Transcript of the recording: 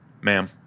Ma'am